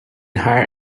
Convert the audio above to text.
hire